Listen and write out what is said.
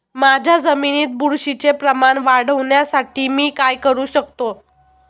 माझ्या जमिनीत बुरशीचे प्रमाण वाढवण्यासाठी मी काय करू शकतो?